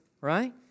right